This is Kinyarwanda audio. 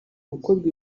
gukorwa